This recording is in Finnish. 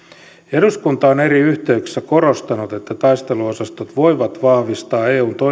on eri yhteyksissä korostanut että taisteluosastot voivat vahvistaa eun